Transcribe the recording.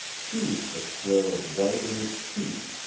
seized the square of white in his teeth,